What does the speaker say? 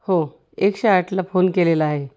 हो एकशे आठला फोन केलेला आहे